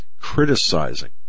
criticizing